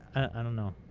i don't know.